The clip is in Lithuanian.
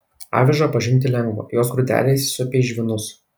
avižą pažinti lengva jos grūdeliai įsisupę į žvynus